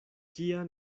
kia